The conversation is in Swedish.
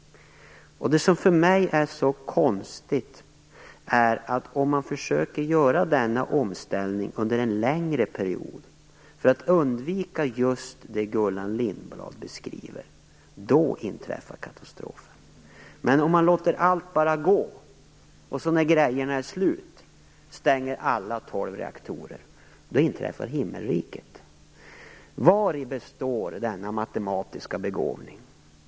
Det som för mig är så konstigt är att om man försöker göra denna omställning under en längre period, för att undvika just det Gullan Lindblad beskriver - då inträffar katastrofen. Men om man bara låter allt gå och först när grejorna är slut stänger alla tolv reaktorerna - då inträffar himmelriket. Vari består denna matematiska begåvning?